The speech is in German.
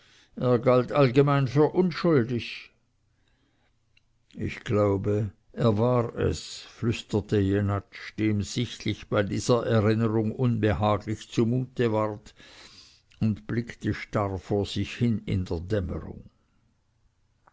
galt allgemein für unschuldig ich glaube er war es flüsterte jenatsch dem sichtlich bei dieser erinnerung unbehaglich zumute ward und blickte starr vor sich hin in die dämmerung